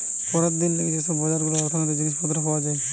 পরের দিনের লিগে যে সব বাজার গুলাতে অর্থনীতির জিনিস পত্র পাওয়া যায়